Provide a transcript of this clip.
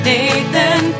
Nathan